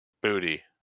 Booty